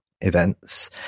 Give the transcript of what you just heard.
events